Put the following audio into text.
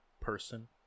Person